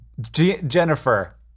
Jennifer